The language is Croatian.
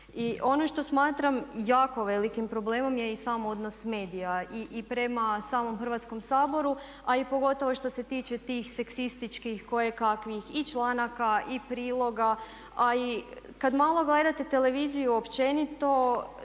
ono što smatram jako velikim problemom je i sam odnos medija i prema samom Hrvatskom saboru, a i pogotovo što se tiče tih seksističkih kojekakvih i članaka i priloga a i kad malo gledate televiziju općenito